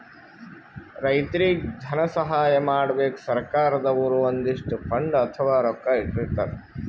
ರೈತರಿಗ್ ಧನ ಸಹಾಯ ಮಾಡಕ್ಕ್ ಸರ್ಕಾರ್ ದವ್ರು ಒಂದಿಷ್ಟ್ ಫಂಡ್ ಅಥವಾ ರೊಕ್ಕಾ ಇಟ್ಟಿರ್ತರ್